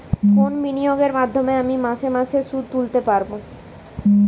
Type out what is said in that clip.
কোন বিনিয়োগের মাধ্যমে আমি মাসে মাসে সুদ তুলতে পারবো?